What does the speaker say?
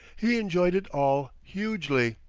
he enjoyed it all hugely.